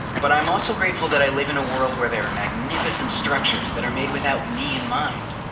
but i'm also grateful that i live in a world where there are magnificent structures that are made without me in mind.